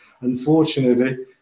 Unfortunately